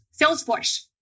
Salesforce